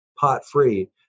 pot-free